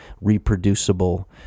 reproducible